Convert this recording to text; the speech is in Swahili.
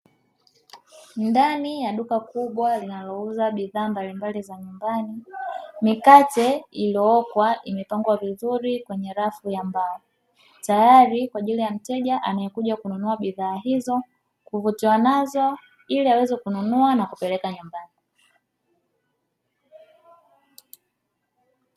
Ndani ya duka kubwa linalouza bidhaa mbalimbali za nyumbani, mikate iliyookwa imepangwa vizuri kwenye rafu ya mbao, tayari kwa ajili ya mteja anayekuja kununua bidhaa hizo kuvutiwa nazo ili aweze kununua na kupeleka nyumbani.